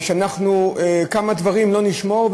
שכמה דברים לא נשמור,